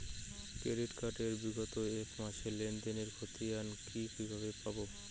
Credit card এর বিগত এক মাসের লেনদেন এর ক্ষতিয়ান কি কিভাবে পাব?